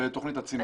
בתוכנית "הצינור.